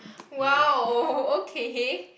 !wow! okay